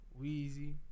Weezy